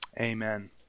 Amen